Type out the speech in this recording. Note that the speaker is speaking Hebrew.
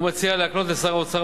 הוא מציע להקנות לשר האוצר,